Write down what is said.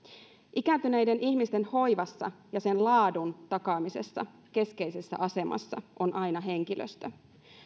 ikääntyneiden ihmisten hoivassa ja sen laadun takaamisessa keskeisessä asemassa on aina henkilöstö